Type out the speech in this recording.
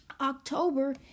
October